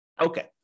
Okay